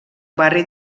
barri